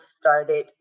started